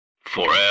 Forever